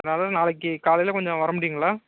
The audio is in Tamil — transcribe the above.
அதனால் நாளைக்கு காலையில் கொஞ்சம் வர முடியுங்களா